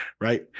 right